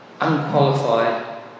unqualified